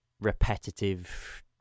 repetitive